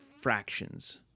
fractions